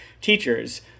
teachers